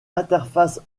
interface